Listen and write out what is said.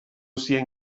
zien